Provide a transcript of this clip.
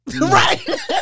Right